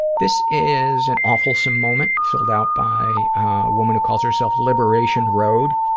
this is an awfulsome moment filled out by a woman who calls herself liberation road.